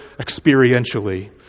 experientially